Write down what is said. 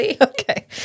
Okay